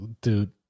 dude